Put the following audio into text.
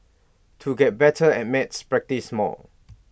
to get better at maths practise more